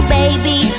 baby